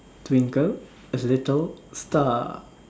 twinkle little star